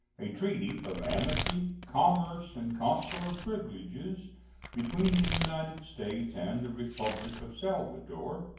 a treaty of amity, commerce, and consular privileges between the united states and the republic of salvador,